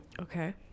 Okay